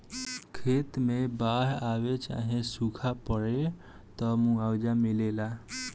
खेत मे बाड़ आवे चाहे सूखा पड़े, त मुआवजा मिलेला